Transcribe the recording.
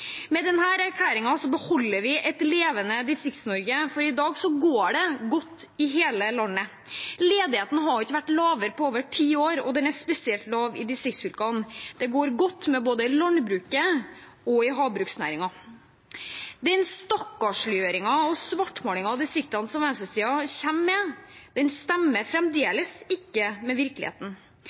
og den er spesielt lav i distriktsfylkene. Det går godt både med landbruket og i havbruksnæringen. Den stakkarsliggjøringen og svartmalingen av distriktene som venstresiden kommer med, stemmer fremdeles ikke med virkeligheten.